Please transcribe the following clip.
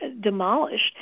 demolished